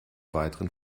weiteren